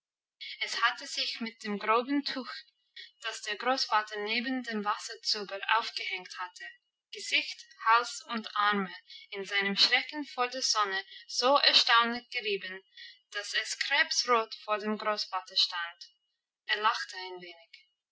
es hatte sich mit dem groben tuch das der großvater neben dem wasserzuber aufgehängt hatte gesicht hals und arme in seinem schrecken vor der sonne so erstaunlich gerieben dass es krebsrot vor dem großvater stand er lachte ein wenig